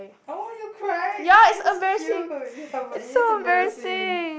oh you cried that's cute ya but it is embarrassing